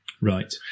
Right